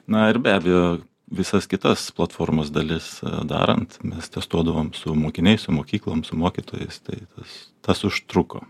na ir be abejo visas kitas platformos dalis darant mes testuodavom su mokiniais su mokyklom su mokytojais tai tas tas užtruko